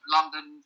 London